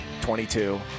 22